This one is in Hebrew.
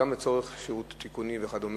גם לצורך שירות תיקונים וכו',